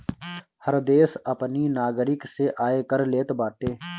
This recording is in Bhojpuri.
हर देस अपनी नागरिक से आयकर लेत बाटे